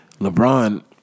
LeBron